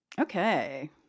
Okay